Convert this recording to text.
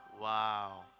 Wow